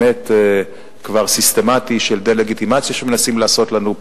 באמת כבר סיסטמטי של דה-לגיטימציה שמנסים לעשות לנו,